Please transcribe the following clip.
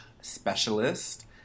Specialist